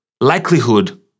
likelihood